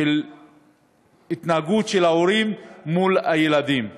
של התנהגות של ההורים מול הילדים.